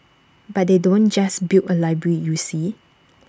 but they don't just build A library you see